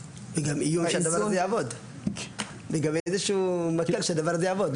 --- לגבי איזשהו מצב שהדבר הזה יעבוד,